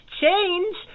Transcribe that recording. change